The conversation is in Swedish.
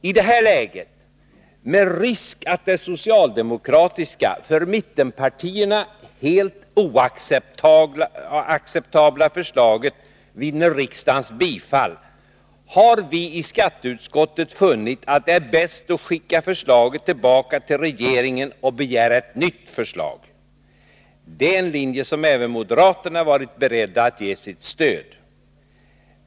I det här läget, med risk att det socialdemokratiska, för mittenpartierna helt oacceptabla förslaget vinner riksdagens bifall, har vi i skatteutskottet funnit att det är bäst att skicka förslaget tillbaka till regeringen och begära ett nytt förslag. Det är en linje som även moderaterna varit beredda att ge sitt stöd.